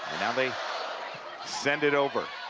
now they send it over.